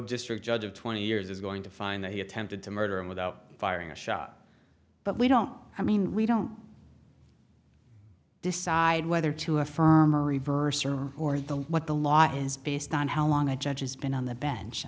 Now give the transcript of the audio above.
district judge of twenty years is going to find that he attempted to murder him without firing a shot but we don't i mean we don't decide whether to affirm or reverse or order the what the law is based on how long a judge has been on the bench i